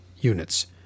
units